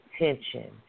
attention